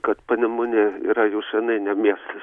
kad panemunė yra jūsų ne miestas